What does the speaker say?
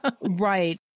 Right